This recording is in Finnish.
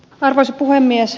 arvoisa puhemies